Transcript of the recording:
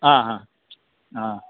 हा हा हा